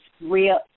real